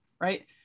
Right